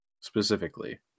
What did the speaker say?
specifically